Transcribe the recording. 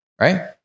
right